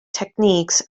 techniques